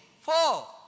Four